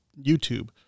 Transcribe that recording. YouTube